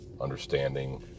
understanding